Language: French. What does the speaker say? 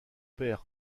père